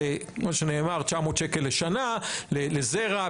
זה כמו שנאמר, 900 שקלים לשנה, לזרע.